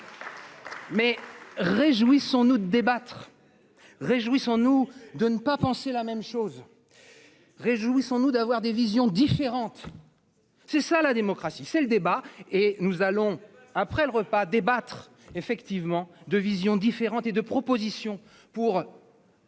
Mais. Réjouissons-nous débattre. Réjouissons-nous de ne pas penser la même chose. Réjouissons-nous d'avoir des visions différentes. C'est ça la démocratie c'est le débat et nous allons, après le repas débattre effectivement de visions différentes et de propositions pour.